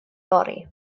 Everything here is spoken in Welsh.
fory